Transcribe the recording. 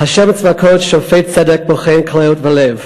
"ה' צבאות שֹפט צדק בֹחן כליות ולב".